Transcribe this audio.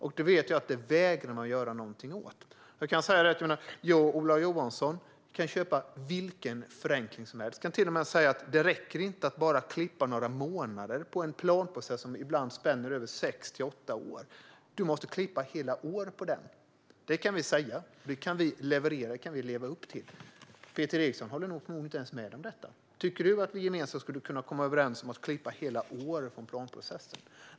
Jag vet att man vägrar att göra något åt det. Jag och Ola Johansson kan köpa vilken förenkling som helst. Det räcker inte att bara klippa några månader på en planprocess som ibland spänner över sex till åtta år. Man måste klippa hela år på den. Det kan vi leverera och leva upp till. Peter Eriksson håller förmodligen inte ens med om det. Tycker du att vi gemensamt skulle kunna komma överens om att klippa hela år på en planprocess?